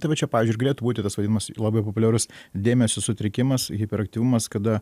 tai vat čia pavyzdžiui ir galėtų būti tas vadinamas taip labai populiarus dėmesio sutrikimas hiperaktyvumas kada